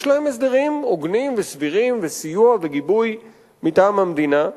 יש להם הסדרים הוגנים וסבירים וסיוע וגיבוי מטעם המדינה,